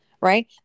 right